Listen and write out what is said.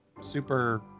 super